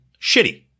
shitty